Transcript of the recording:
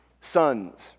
sons